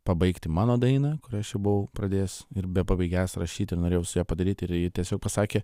pabaigti mano dainą kurią aš jau buvau pradėjęs ir bepabaigiąs rašyti norėjau su ja padaryti ir ji tiesiog pasakė